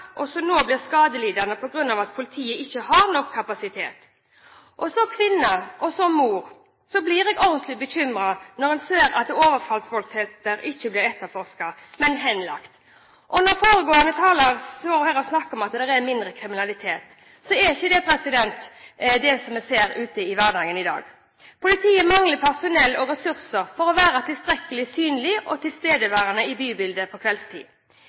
og som nå blir skadelidende på grunn av at politiet ikke har nok kapasitet. Som kvinne og mor blir jeg ordentlig bekymret når en ser at overfallsvoldtekter ikke blir etterforsket, men henlagt. Foregående taler står her og snakker om at det er mindre kriminalitet, men det er ikke det vi ser i hverdagen. Politiet mangler personell og ressurser for å være tilstrekkelig synlig og tilstedeværende i bybildet på